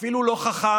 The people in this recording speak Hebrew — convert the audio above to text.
ואפילו לא חכם,